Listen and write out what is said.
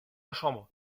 chambre